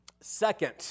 Second